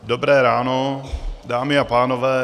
Dobré ráno, dámy a pánové.